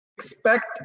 expect